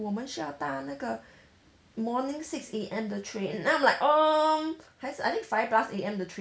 我们需要搭那个 morning six A_M 的 train then I'm like um 还是 I think five plus A_M 的 train